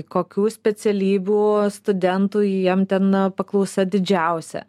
kokių specialybių studentų jiem ten na paklausa didžiausia